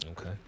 Okay